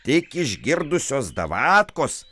tik išgirdusios davatkos